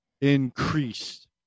Increased